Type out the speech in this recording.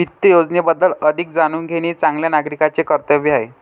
वित्त योजनेबद्दल अधिक जाणून घेणे चांगल्या नागरिकाचे कर्तव्य आहे